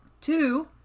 Two